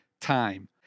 time